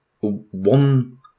one